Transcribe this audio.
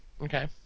Okay